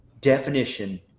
definition